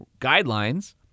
guidelines-